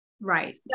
Right